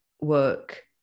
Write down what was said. work